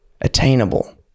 attainable